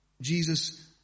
Jesus